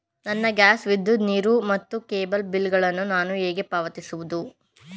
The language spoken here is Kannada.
ನನ್ನ ಗ್ಯಾಸ್, ವಿದ್ಯುತ್, ನೀರು ಮತ್ತು ಕೇಬಲ್ ಬಿಲ್ ಗಳನ್ನು ನಾನು ಹೇಗೆ ಪಾವತಿಸುವುದು?